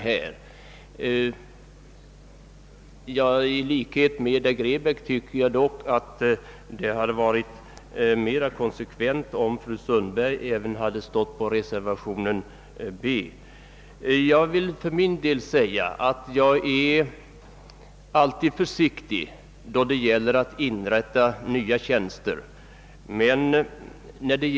Jag är alltid mycket försiktig när det gäller inrättande av nya tjänster, men de som nu är aktuella anser jag vara så viktiga att jag helhjärtat har ställt mig bakom motionärernas förslag.